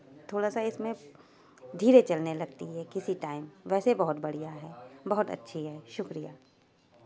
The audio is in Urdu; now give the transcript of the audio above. تھوڑا سا اس میں دھیرے چلنے لگتی ہے کسی ٹائم ویسے بہت بڑھیا ہے بہت اچھی ہے شکریہ